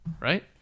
Right